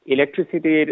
Electricity